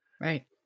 Right